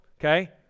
okay